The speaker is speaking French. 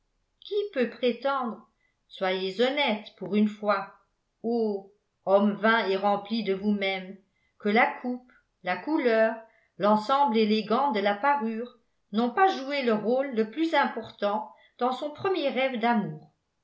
qui peut prétendre soyez honnêtes pour une fois ô hommes vains et remplis de vous-mêmes que la coupe la couleur l'ensemble élégant de la parure n'ont pas joué le rôle le plus important dans son premier rêve d'amour